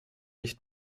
nicht